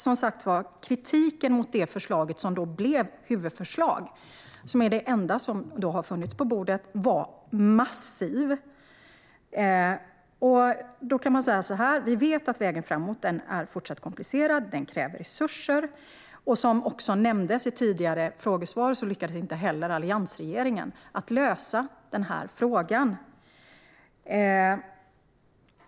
Som sagt: Kritiken var massiv mot det förslag som blev huvudförslag och som är det enda som har funnits på bordet. Vi vet att vägen framåt är komplicerad och kräver resurser. Och som jag skrivit i tidigare frågesvar lyckades inte heller alliansregeringen att finna en lösning i den här frågan.